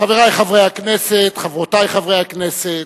חברי חברי הכנסת, חברותי חברות הכנסת,